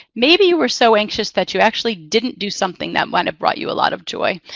maybe you were so anxious that you actually didn't do something that might have brought you a lot of joy.